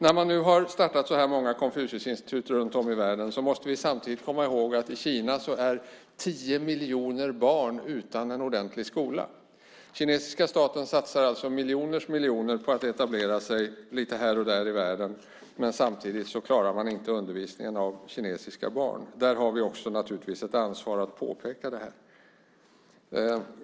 När man nu har startat så här många Konfuciusinstitut runt om i världen måste vi samtidigt komma ihåg att i Kina är tio miljoner barn utan en ordentlig skola. Kinesiska staten satsar alltså miljoners miljoner på att etablera sig lite här och där i världen, men samtidigt klarar man inte undervisningen av kinesiska barn. Det har vi naturligtvis också ett ansvar för att påpeka.